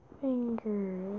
fingers